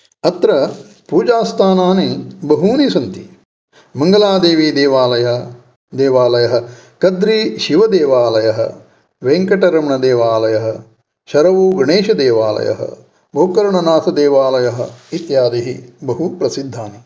अत्र पूजास्थानानि बहूनि सन्ति मङ्गलादेवीदेवालयः देवालयः कद्रीशिवदेवालयः वेङ्कटरमणदेवालयः शर उ गणेशदेवालयः गोकर्णनाथदेवालयः इत्यादिः बहु प्रसिद्धानि